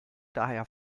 daher